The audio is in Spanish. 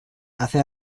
hace